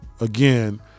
again